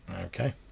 Okay